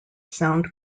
sound